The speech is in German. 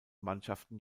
mannschaften